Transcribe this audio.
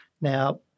Now